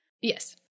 Yes